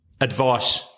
Advice